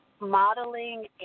modeling